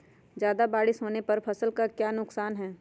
ज्यादा बारिस होने पर फसल का क्या नुकसान है?